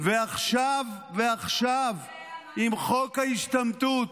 --- ועכשיו עם חוק ההשתמטות,